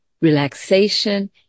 relaxation